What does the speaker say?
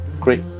Great